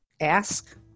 ask